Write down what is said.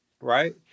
right